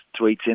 tweeting